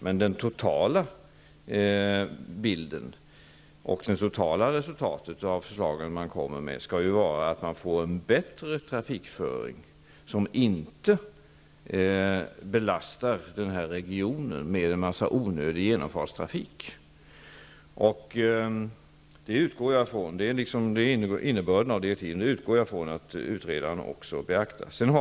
Men det totala resultatet av förslagen skall vara att man får en bättre trafikföring, som inte belastar regionen med onödig genomfartstrafik. Det är innebörden av direktiven. Jag utgår från att utredaren beaktar det.